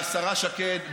השרה שקד,